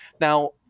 Now